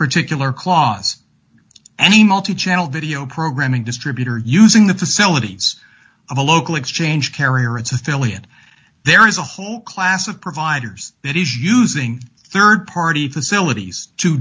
particular clause any multi channel video programming distributor using the facilities of a local exchange carriers affiliate there is a whole class of providers that is using rd party facilities to